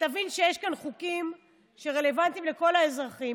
שתבין שיש כאן חוקים שרלוונטיים לכל האזרחים,